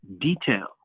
detail